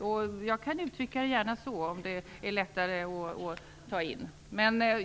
Jag kan gärna uttrycka mig på det sättet, om det är lättare att acceptera.